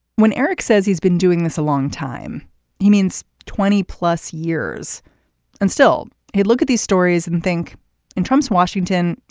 when eric says he's been doing this a long time he means twenty plus years and still hey look at these stories and think in trump's washington.